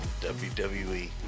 WWE